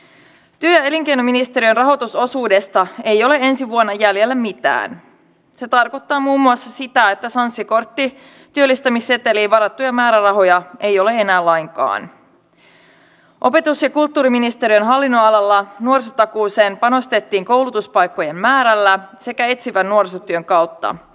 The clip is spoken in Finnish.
olen edustaja hakkaraisen kanssa täysin samaa mieltä ettei suomalainen pienyrittäjä tarvitse välttämättä mitään isoja tukirahoja työllistääkseen se tarvitsee hyvän ammattitaitoisen henkilökunnan ja tuotteen minkä se myy ja sitten toisaalta se voi olla myös palvelu mikä myydään mutta eivät nämä firmat millään tukirahoilla pystyssä pysy